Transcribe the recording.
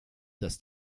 dass